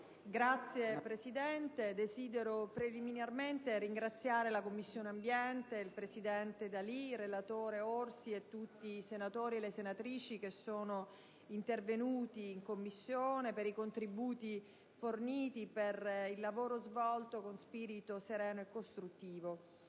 Signora Presidente, desidero preliminarmente ringraziare la Commissione ambiente, il presidente D'Alì, il relatore Orsi e tutti i senatori e le senatrici intervenuti in Commissione, per i contributi forniti e per il lavoro svolto con spirito sereno e costruttivo.